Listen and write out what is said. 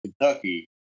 Kentucky